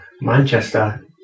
Manchester